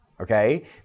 okay